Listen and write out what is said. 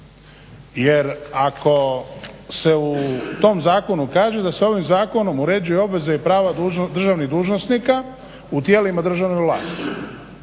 Jer ako se u tom zakonu kaže da se ovim zakonom uređuje obveze i prava državnih dužnosnika u tijelima državne vlasti